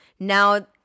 Now